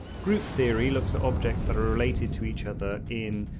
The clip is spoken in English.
group theory looks at objects that are related to each other in,